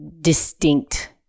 distinct